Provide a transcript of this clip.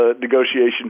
negotiation